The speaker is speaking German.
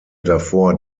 davor